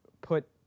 put